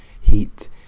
heat